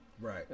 Right